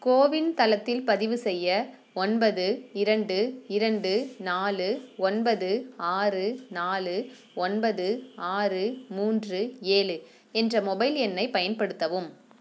கோ win தளத்தில் பதிவு செய்ய ஒன்பது இரண்டு இரண்டு நாலு ஒன்பது ஆறு நாலு ஒன்பது ஆறு மூன்று ஏழு என்ற மொபைல் எண்ணைப் பயன்படுத்தவும்